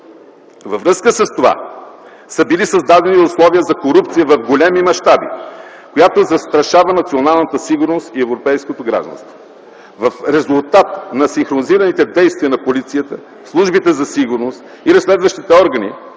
Във връзка с това са били създадени условия за корупция в големи мащаби, която застрашава националната сигурност и европейското гражданство. В резултат на синхронизираните действия на полицията, службите за сигурност и разследващите органи